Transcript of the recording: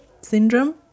syndrome